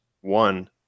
One